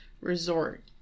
resort